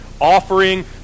offering